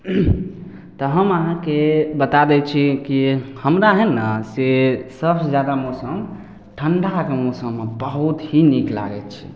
तऽ हम अहाँके बता दै छी कि हमरा हइ ने से सबसे जादा मौसम ठण्ढाके मौसममे बहुत ही नीक लागै छै